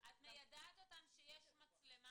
--- את מיידעת אותם שיש מצלמה,